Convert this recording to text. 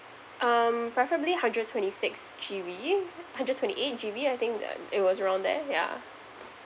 um preferably hundred twenty six G_B hundred twenty eight G_B I think um it was around there yeah